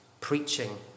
preaching